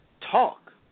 talk